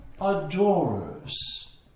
adorers